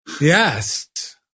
Yes